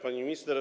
Pani Minister!